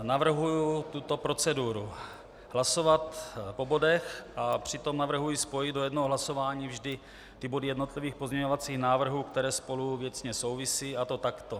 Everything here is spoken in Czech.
Navrhuji tuto proceduru: hlasovat po bodech a přitom navrhuji spojit do jednoho hlasování vždy body jednotlivých pozměňovacích návrhů, které spolu věcně souvisí, a to takto: